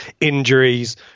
injuries